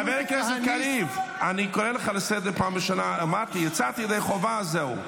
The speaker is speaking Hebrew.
חבר הכנסת קריב, יצאת ידי חובה, זהו.